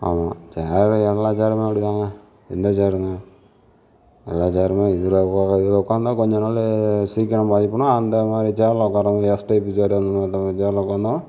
ஆமாம் சேர் எல்லா சேருமே அப்படி தாங்க எந்த சேருங்க எல்லா சேருமே இதில் இதில் உட்காந்தா கொஞ்ச நாள் சீக்கிரம் பாதிப்புனால் அந்த மாதிரி சேர்ல உட்காறவங்க அந்த மாதிரி சேர்ல உட்காந்தா